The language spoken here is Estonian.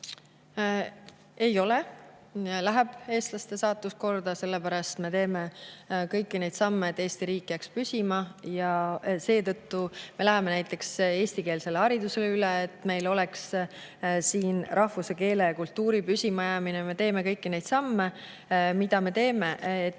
Ei ole. Läheb küll eestlaste saatus korda, sellepärast me teeme kõiki neid samme, et Eesti riik jääks püsima. Seetõttu me läheme näiteks eestikeelsele haridusele üle, et meil oleks siin rahvuse, keele ja kultuuri püsimajäämine. Me teeme selleks kõiki neid samme, mida me teeme.